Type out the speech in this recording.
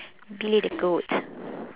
billy the goat